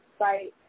right